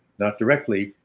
not directly,